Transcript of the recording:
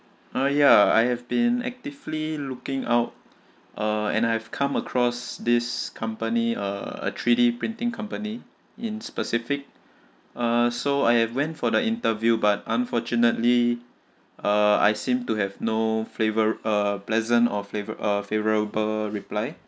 uh ya I have been actively looking out uh and I've come across this company uh a three D printing company in specific uh so I have went for the interview but unfortunately uh I seem to have no flavour uh pleasant of flavour uh favorable reply